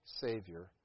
Savior